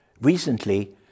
Recently